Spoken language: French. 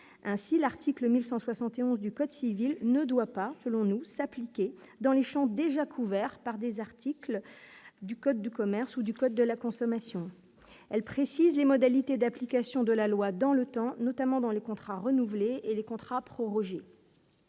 ainsi l'article 1171 du code civil ne doit pas, selon nous, s'appliquer dans les champs déjà couverts par des articles du code du commerce ou du code de la consommation, elle précise les modalités d'application de la loi dans le temps, notamment dans les contrats renouvelés et les contrats prorogée.